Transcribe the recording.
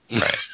Right